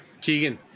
Keegan